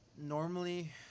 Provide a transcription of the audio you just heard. normally